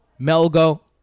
Melgo